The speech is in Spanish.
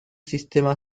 sistema